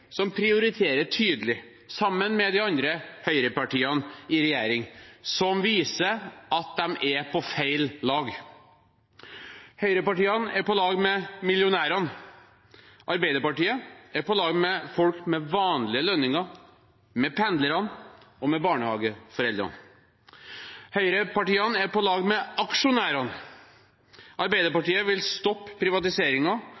som prioriterer tydelig, sammen med de andre høyrepartiene i regjering, som viser at de er på feil lag. Høyrepartiene er på lag med millionærene – Arbeiderpartiet er på lag med folk med vanlige lønninger, med pendlere og med barnehageforeldre. Høyrepartiene er på lag med aksjonærene